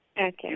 Okay